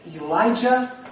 Elijah